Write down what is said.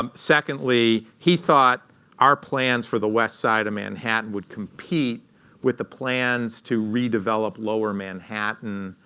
um secondly, he thought our plans for the west side of manhattan would compete with the plans to redevelop lower manhattan,